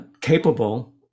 capable